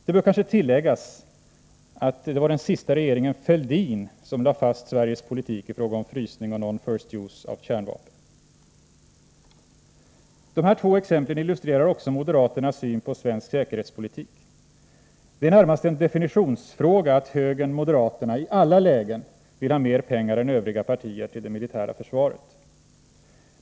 Det bör kanske tilläggas att det var den sista regeringen Fälldin som lade fast Sveriges politik i fråga om frysning och ”non-first-use” av kärnvapen. De här två exemplen illustrerar också moderaternas syn på svensk säkerhetspolitik. Det är närmast en definitionsfråga att högern/moderaterna i alla lägen vill ha mer pengar än övriga partier till det militära försvaret.